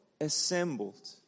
Assembled